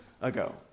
ago